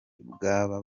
bw’aba